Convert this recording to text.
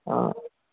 ആ